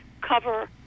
cover